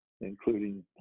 including